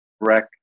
wreck